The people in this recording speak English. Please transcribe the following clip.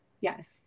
Yes